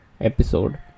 episode